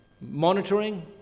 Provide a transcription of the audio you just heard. monitoring